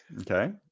Okay